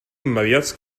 immediats